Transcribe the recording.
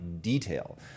detail